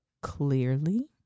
clearly